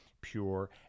pure